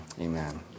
Amen